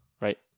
Right